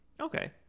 okay